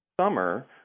summer